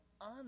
on